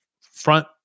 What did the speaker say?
front